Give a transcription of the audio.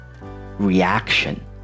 reaction